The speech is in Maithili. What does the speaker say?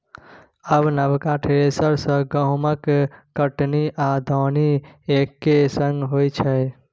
आब नबका थ्रेसर सँ गहुँमक कटनी आ दौनी एक्के संग होइ छै